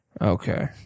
Okay